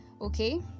Okay